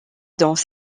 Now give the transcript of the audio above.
dans